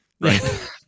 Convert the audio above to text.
Right